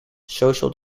social